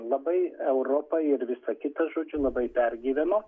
labai europa ir visa kita žodžiu labai pergyveno